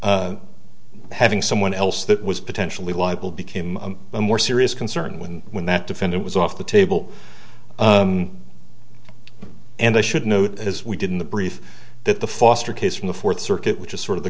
of having someone else that was potentially libel became a more serious concern when when that defendant was off the table and i should note as we did in the brief that the foster case from the fourth circuit which is sort of the